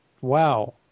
wow –